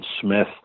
Smith